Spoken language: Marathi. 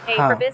हां